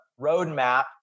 roadmap